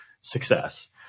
success